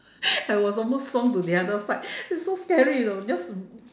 I was almost swung to the other side it's so scary you know just